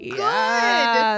good